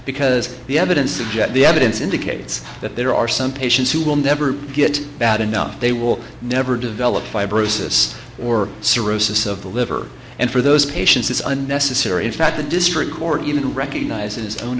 because the evidence suggest the evidence indicates that there are some patients who will never get bad enough they will never develop fibrosis or cirrhosis of the liver and for those patients it's unnecessary in fact the district court even recognize its own